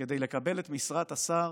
כדי לקבל את משרת השר